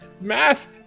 math